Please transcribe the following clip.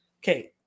Okay